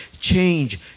Change